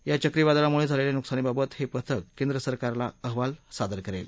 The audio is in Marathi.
या चक्रीवादळामुळे झालेल्या नुकसानीबाबत हे पथक केंद्र सरकारला अहवाल सादर करेल